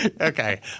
Okay